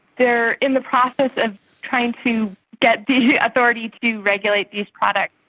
they are in the process of trying to get the authority to regulate these products.